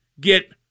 get